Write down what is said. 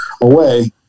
away